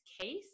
case